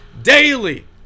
daily